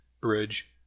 bridge